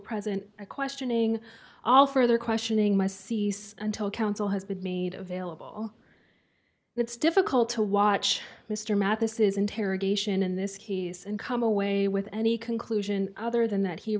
present a questioning all further questioning my cease until counsel has been made available it's difficult to watch mr mathis's interrogation in this case and come away with any conclusion other than that he